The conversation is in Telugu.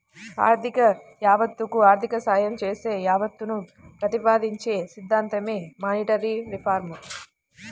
ఆర్థిక యావత్తకు ఆర్థిక సాయం చేసే యావత్తును ప్రతిపాదించే సిద్ధాంతమే మానిటరీ రిఫార్మ్